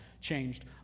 changed